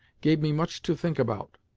gave me much to think about.